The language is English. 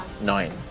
nine